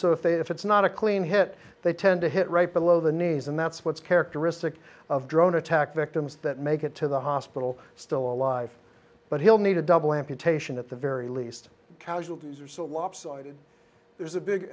so if they if it's not a clean hit they tend to hit right below the knees and that's what's characteristic of drone attack victims that make it to the hospital still alive but he'll need a double amputation at the very least casualties are so lopsided there's a big